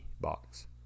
box